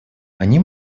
они